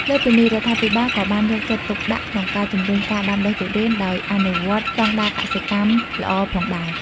លើសពីនេះ រដ្ឋាភិបាលក៏បានយកចិត្តទុកដាក់ក្នុងការជំរុញការដាំដុះទុរេនដោយអនុវត្តស្តង់ដារកសិកម្មល្អ ផងដែរ។